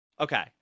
okay